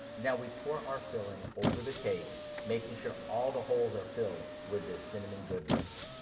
now, we pour our filling over the cake making sure all the holes are filled with this cinnamon goodness.